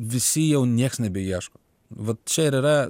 visi jau nieks nebeieško vat čia ir yra